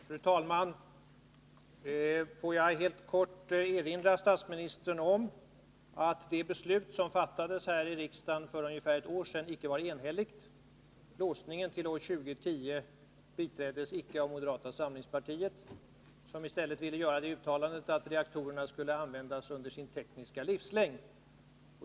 Fru talman! Får jag helt kort erinra statsministern om att det beslut som fattades här i riksdagen för ungefär ett år sedan icke var enhälligt. Låsningen till år 2010 biträddes icke av moderata samlingspartiet, som i stället ville göra det uttalandet att reaktorerna skulle användas under sin tekniska livslängd.